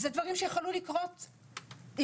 אלה צעדים שיכולים לקרות עכשיו,